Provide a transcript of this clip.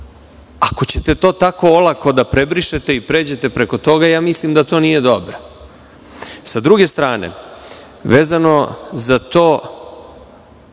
Ako ćete to tako olako da prebrišete i pređete preko toga, mislim da to nije dobro. Sa druge strane, vezano za to